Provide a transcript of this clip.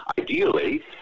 ideally